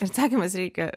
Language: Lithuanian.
atsakymas reikia